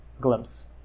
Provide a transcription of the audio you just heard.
glimpse